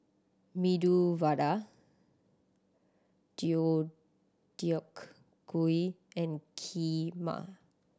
Medu Vada Deodeok Gui and Kheema